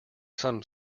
some